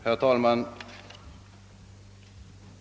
Herr talman!